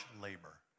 labor